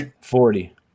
Forty